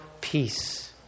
peace